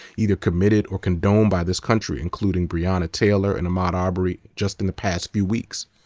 either committed or condoned by this country, including breonna taylor and ahmaud arbery just in the past few weeks.